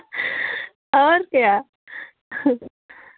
और क्या